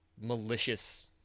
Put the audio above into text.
malicious